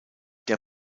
der